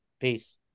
peace